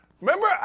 remember